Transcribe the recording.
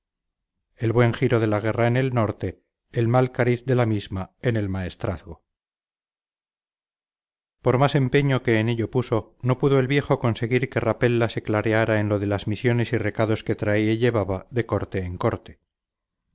el buen giro de la guerra en el norte el mal cariz de la misma en el maestrazgo por más empeño que en ello puso no pudo el viejo conseguir que rapella se clareara en lo de las misiones y recados que traía y llevaba de corte en corte